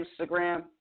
Instagram